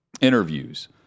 interviews